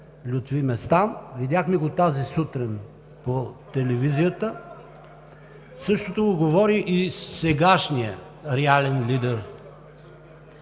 Лютви Местан – видяхме го тази сутрин по телевизията, същото го говори и сегашният реален лидер,